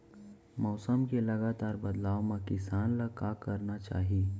मौसम के लगातार बदलाव मा किसान ला का करना चाही?